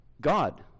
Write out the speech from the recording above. God